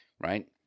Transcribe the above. right